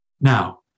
Now